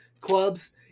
clubs